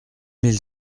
mille